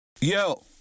Yo